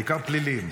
בעיקר פליליים.